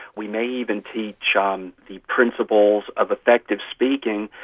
we may even teach um the principles of effective speaking,